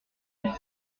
mille